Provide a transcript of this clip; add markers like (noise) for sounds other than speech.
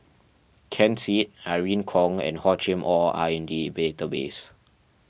Ken Seet Irene Khong and Hor Chim or are in the (unintelligible) database